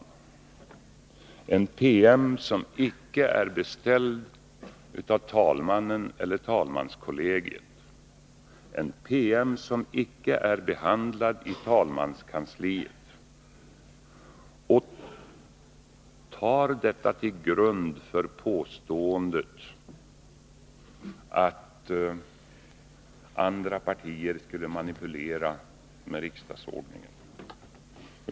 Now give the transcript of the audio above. Det är en PM som icke är beställd av talmannen eller talmanskollegiet och som icke är behandlad av kammarkansliet. Denna PM lägger Olof Palme till grund för påståendet att andra partier skulle manipulera med riksdagsordningen.